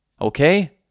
okay